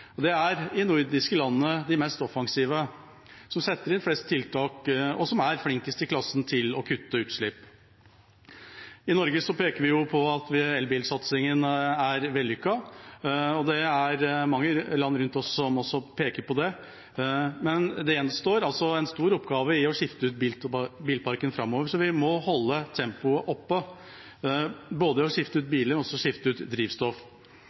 naboland. Det er de nordiske landene som er de mest offensive, som setter inn flest tiltak, og som er flinkest i klassen til å kutte utslipp. I Norge peker vi på at elbilsatsingen er vellykket – og det er mange land rundt oss som også peker på det – men det gjenstår en stor oppgave med å skifte ut bilparken framover. Så vi må holde tempoet oppe, både skifte ut biler og skifte ut drivstoff.